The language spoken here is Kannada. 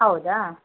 ಹೌದಾ